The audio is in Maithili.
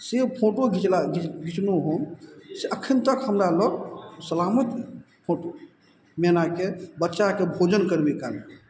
से फोटो घिचला घिचलहुँ हम से एखन तक हमरा लग सलामति फोटो मैनाके बच्चाके भोजन करबय कालके